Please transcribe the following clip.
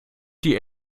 die